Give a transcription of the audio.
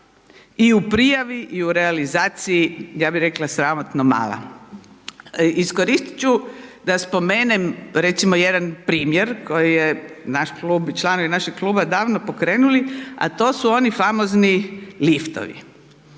i u prijavi i u realizaciji ja bi rekla sramotno mala. Iskoristit ću da spomenem recimo jedan primjer koji je naš klub, članovi našeg kluba davno pokrenuli, a to su oni famozni liftovi.